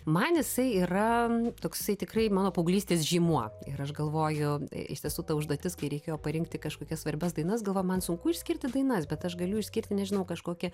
man jisai yra toksai tikrai mano paauglystės žymuo ir aš galvoju iš tiesų ta užduotis kai reikėjo parinkti kažkokias svarbias dainas galvoju man sunku išskirti dainas bet aš galiu išskirti nežinau kažkokią